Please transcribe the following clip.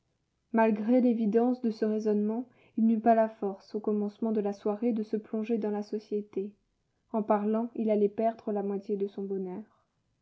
malgré l'évidence de ce raisonnement il n'eut pas la force au commencement de la soirée de se plonger dans la société en parlant il allait perdre la moitié de son bonheur